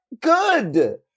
good